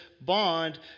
bond